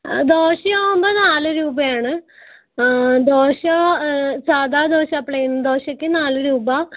ദോശ ആവുമ്പം നാല് രൂപയാണ് ദോശ സാദാ ദോശ പ്ലെയിൻ ദോശയ്ക്ക് നാല് രൂപ